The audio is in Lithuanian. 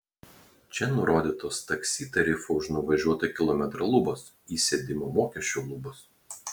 čia nurodytos taksi tarifo už nuvažiuotą kilometrą lubos įsėdimo mokesčio lubos